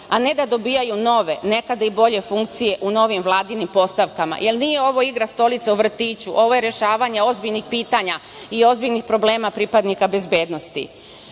a ne da dobijaju nove, nekada i bolje funkcije u novim vladinim postavkama, jer nije ovo igra stolice u vrtiću, ovo je rešavanje ozbiljnih pitanja i ozbiljnih problema pripadnika bezbednosti. Ovaj